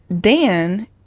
Dan